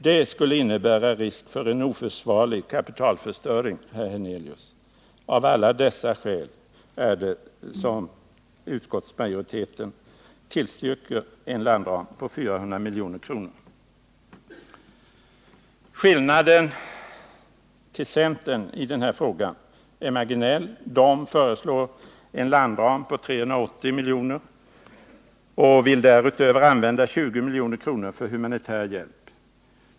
Det skulle innebära risk för en oförsvarlig kapitalförstöring, Allan Hernelius. Av dessa skäl är det som utskottsmajoriteten tillstyrker en landram på 400 milj.kr. Skillnaden till centern i den här frågan är marginell. Centerpartisterna föreslår en landram på 380 milj.kr. och vill därutöver använda 20 milj.kr. för humanitär hjälp.